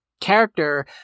character